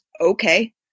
okay